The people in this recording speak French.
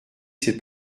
cette